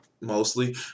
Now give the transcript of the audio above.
Mostly